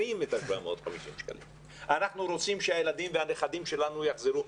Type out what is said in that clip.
את ה-750 שקלים האלה כדי שהילדים והנכדים שלנו יחזרו ללמוד.